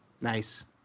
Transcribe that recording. Nice